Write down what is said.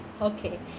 Okay